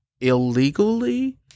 illegally